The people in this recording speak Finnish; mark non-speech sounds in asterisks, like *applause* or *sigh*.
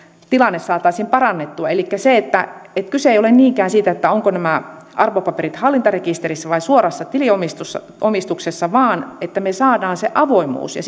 tilanne saataisiin parannettua elikkä se että kyse ei ole niinkään siitä ovatko nämä arvopaperit hallintarekisterissä vai suorassa tiliomistuksessa vaan siitä että me saamme sen avoimuuden ja *unintelligible*